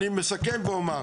ואני מסכם ואומר,